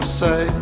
say